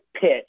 pitch